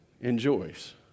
enjoys